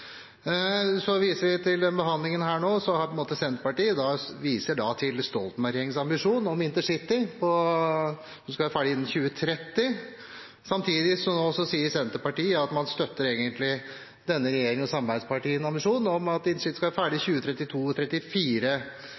Så har vi denne behandlingen, Senterpartiet viser da på en måte til Stoltenberg-regjeringens ambisjon om intercity, som skulle være ferdig innen 2030. Samtidig sier Senterpartiet at man egentlig støtter denne regjeringen og samarbeidspartienes ambisjon om at intercity skal være ferdig